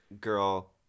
Girl